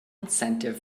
incentive